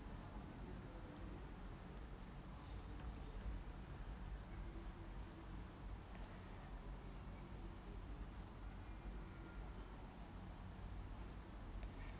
well